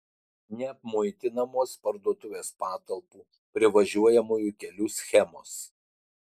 neapmuitinamos parduotuvės patalpų privažiuojamųjų kelių schemos